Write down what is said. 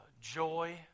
joy